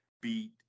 beat